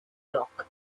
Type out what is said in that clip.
dock